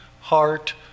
heart